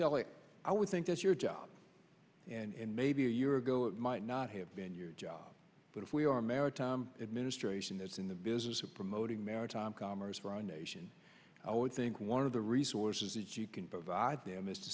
telling i would think that's your job and maybe a year ago it might not have been your job but if we are a maritime administration that's in the business of promoting maritime commerce for our nation i would think one of the resources that you can provide them is to